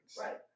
Right